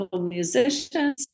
musicians